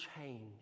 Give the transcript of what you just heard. change